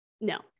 no